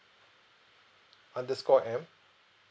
underscore M